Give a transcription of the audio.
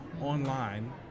online